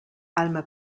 alma